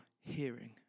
hearing